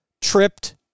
tripped